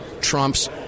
trumps